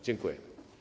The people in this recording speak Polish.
Dziękuję.